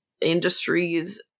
industries